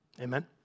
Amen